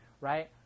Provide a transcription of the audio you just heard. right